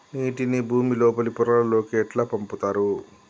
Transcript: నీటిని భుమి లోపలి పొరలలోకి ఎట్లా పంపుతరు?